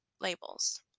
labels